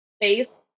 face